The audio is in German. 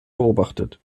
beobachtet